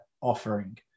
offering